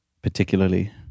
Particularly